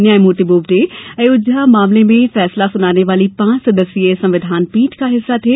न्यायमूर्ति बोबडे अयोध्या मामले में फैसला सुनाने वाली पांच सदस्यीय संविधान पीठ का हिस्सा थे